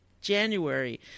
January